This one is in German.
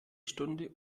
stunde